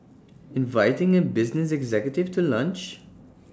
inviting A business executive to lunch